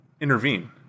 intervene